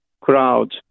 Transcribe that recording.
crowd